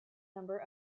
number